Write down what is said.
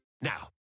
Now